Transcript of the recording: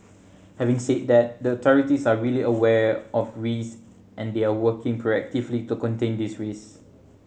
having said that the authorities are really aware of risk and they are working proactively to contain these risk